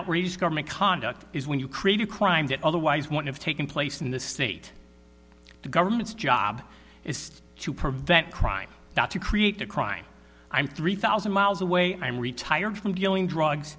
outrageous government conduct is when you create a crime that otherwise would have taken place in the state the government's job is to prevent crime not to create a crime i'm three thousand miles away i'm retired from dealing